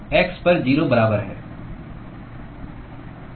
x पर 0 बराबर है